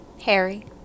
Harry